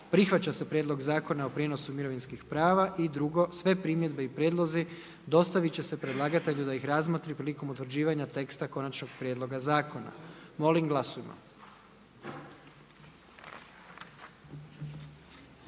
Prihvaća se Prijedlog Zakona o sigurnosnoj zaštiti pomorskih brodova i luka i sve primjedbe i prijedlozi dostaviti će se predlagatelju da ih razmotri prilikom utvrđivanja teksta konačnog prijedloga zakona. Molim uključite